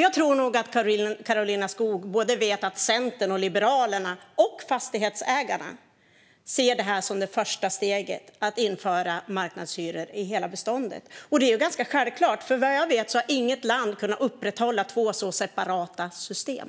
Jag tror nog att Karolina Skog vet att såväl Centern och Liberalerna som Fastighetsägarna ser detta som det första steget i att införa marknadshyror i hela beståndet. Det är ganska självklart, för vad jag vet har inget land kunnat upprätthålla två så separata system. I